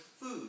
food